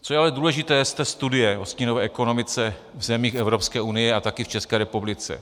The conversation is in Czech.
Co je ale důležité z té studie o stínové ekonomice v zemích Evropské unie a taky v České republice?